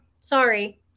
sorry